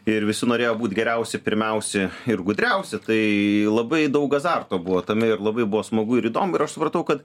ir visi norėjo būt geriausi pirmiausi ir gudriausi tai labai daug azarto buvo tame ir labai buvo smagu ir įdomu ir aš supratau kad